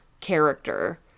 character